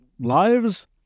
lives